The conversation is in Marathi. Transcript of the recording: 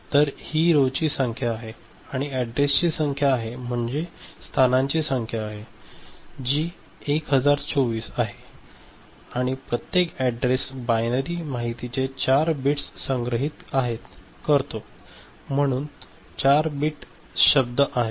तर ही रो ची संख्या आहे आणि अॅड्रेसची संख्या आहे म्हणजे स्थानांची संख्या आहे जी इथे 1024 आहे आणि प्रत्येक अॅड्रेसमध्ये बायनरी माहितीचे 4 बिट्स संग्रहित आहेत म्हणून 4 बिट शब्द आहे